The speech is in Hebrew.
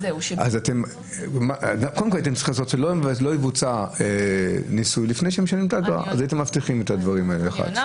קודם כול, שלא יבוצע ניסוי לפני שמשלמים אגרה, אז